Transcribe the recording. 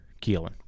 Keelan